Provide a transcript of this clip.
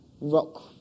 rock